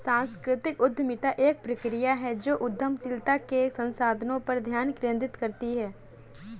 सांस्कृतिक उद्यमिता एक प्रक्रिया है जो उद्यमशीलता के संसाधनों पर ध्यान केंद्रित करती है